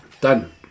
done